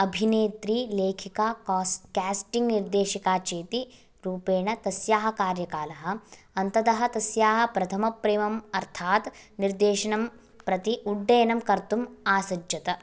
अभिनेत्री लेखिका casting निर्देशिका चेति रूपेण तस्याः कार्यकालः अन्ततः तस्याः प्रथमप्रेमम् अर्थात् निर्देशनं प्रति उड्डयनं कर्तुम् आसज्जत